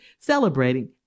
celebrating